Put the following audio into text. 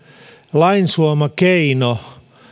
lain suoma keino